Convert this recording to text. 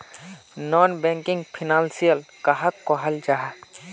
Non banking financial कहाक कहाल जाहा जाहा?